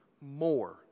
more